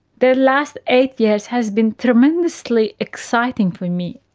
the last eight years has been tremendously exciting for me.